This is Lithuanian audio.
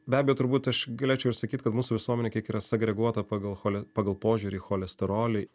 be abejo turbūt aš galėčiau išsakyt kad mūsų visuomenė kiek yra sagreguota pagal chole pagal požiūrį į cholesterolį